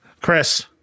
Chris